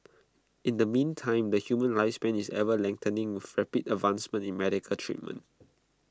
in the meantime the human lifespan is ever lengthening with rapid advancements in medical treatment